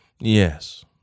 Yes